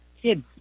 kids